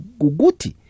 guguti